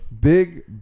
Big